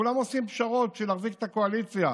כולם עושים פשרות בשביל להחזיק את הקואליציה.